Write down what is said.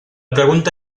pregunta